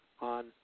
on